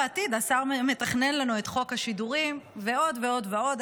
בעתיד השר מתכנן לנו את חוק השידורים ועוד ועוד ועוד,